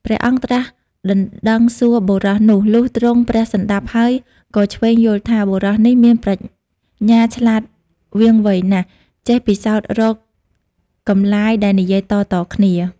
ព្រះអង្គត្រាស់ដណ្ដឹងសួរបុរសនោះ លុះទ្រង់ព្រះសណ្ដាប់ហើយ ក៏ឈ្វេងយល់ថា បុរសនេះមានប្រាជ្ញាឆ្លាតវាងវៃណាស់ ចេះពិសោធរកកម្លាយដែលនិយាយតៗគ្នា ។